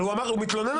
אבל הוא מתלונן על זה.